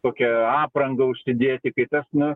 kokią aprangą užsidėti tai tas nu